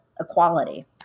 equality